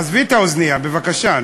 עזבי את האוזנייה, בבקשה.